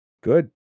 good